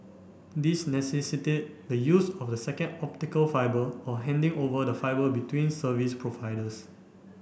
these necessitated the use of a second optical fibre or handing over the fibre between service providers